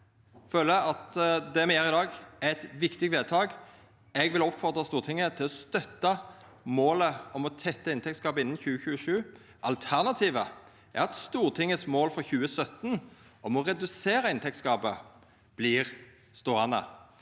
Eg føler at det me gjer i dag, er eit viktig vedtak. Eg vil oppfordra Stortinget til å støtta målet om å tetta inntektsgapet innan 2027. Alternativet er at Stortingets mål for 2017 om å redusera inntektsgapet vert ståande.